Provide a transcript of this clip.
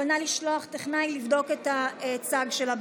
אבל נא לשלוח טכנאי לבדוק את הצג שלה,